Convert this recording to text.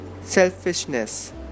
selfishness